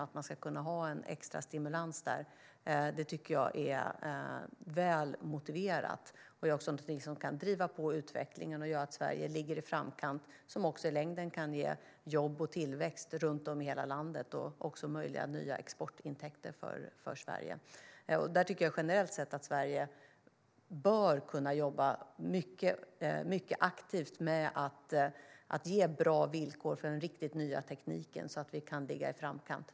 Att ha en extra stimulans där tycker jag är välmotiverat. Det är också något som kan driva på utvecklingen och göra att Sverige ligger i framkant, vilket i längden kan ge jobb och tillväxt runt om i hela landet och också ge möjliga nya exportintäkter för Sverige. Jag tycker generellt sett att Sverige bör kunna jobba mycket aktivt med att ge bra villkor för den riktigt nya tekniken så att vi kan ligga i framkant.